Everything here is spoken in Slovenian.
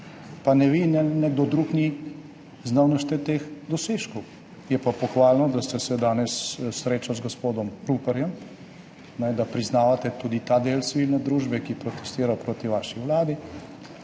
pa ne vi ne nekdo drug ni znal našteti teh dosežkov. Je pa pohvalno, da ste se danes srečali z gospodom Ruparjem, da priznavate tudi ta del civilne družbe, ki protestira proti vaši vladi.